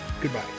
Goodbye